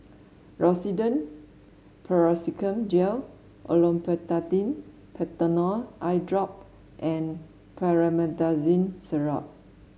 Rosiden Piroxicam Gel Olopatadine Patanol Eyedrop and Promethazine Syrup